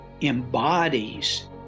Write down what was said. embodies